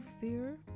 fear